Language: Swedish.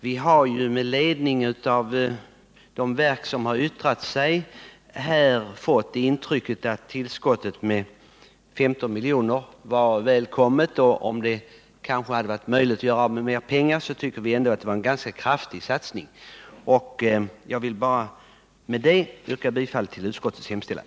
Vi har av yttranden från de verk som här är aktuella fått det intrycket att tillskottet med 15 miljoner skulle vara välkommet. Även om man kanske hade behövt mera pengar, så anser vi att det ändå var en ganska kraftig satsning. Med detta vill jag yrka bifall till utskottets hemställan.